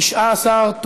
התשע"ז 2017,